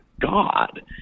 God